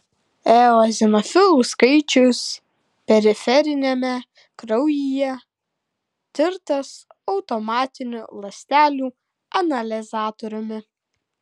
eozinofilų skaičius periferiniame kraujyje tirtas automatiniu ląstelių analizatoriumi